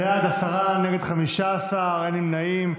בעד, עשרה, נגד, 15, אין נמנעים.